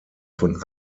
von